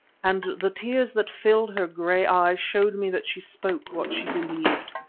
and the tears that filled her grey eyes showed me that she spoke what she believed.